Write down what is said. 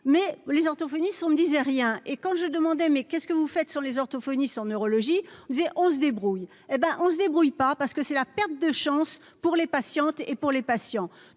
mais les orthophonistes sont me disait rien et quand je demandais : mais qu'est-ce que vous faites sur les orthophonistes en neurologie, disait on se débrouille, hé ben on se débrouille pas parce que c'est la perte de chance pour les patientes et pour les patients,